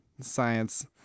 science